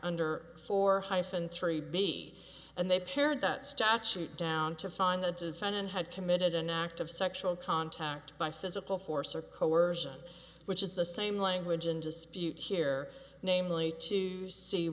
under four hyphen three b and they pared that statute down to find the defendant had committed an act of sexual contact by physical force or coersion which is the same language in dispute here namely to see